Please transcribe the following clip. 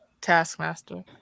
Taskmaster